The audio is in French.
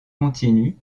continus